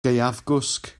gaeafgwsg